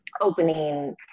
opening